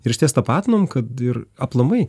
ir išties tapatinam kad ir aplamai